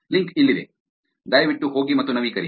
link ಇಲ್ಲಿದೆ ದಯವಿಟ್ಟು ಹೋಗಿ ಮತ್ತು ನವೀಕರಿಸಿ